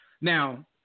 Now